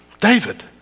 David